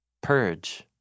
purge